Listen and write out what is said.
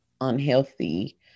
unhealthy